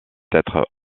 être